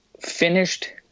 finished